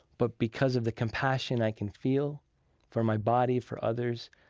but because of the compassion i can feel for my body, for others,